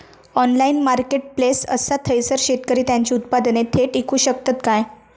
Online marketplace असा थयसर शेतकरी त्यांची उत्पादने थेट इकू शकतत काय?